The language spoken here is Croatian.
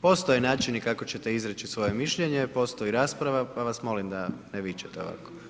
postoje načini kako ćete izreći svoje mišljenje, postoji rasprava pa vas molim da ne vičete ovako.